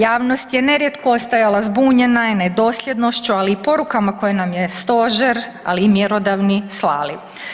Javnost je nerijetko ostajala zbunjena nedosljednošću, ali i porukama koje nam je stožer, ali i mjerodavni slali.